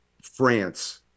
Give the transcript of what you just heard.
France